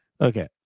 Okay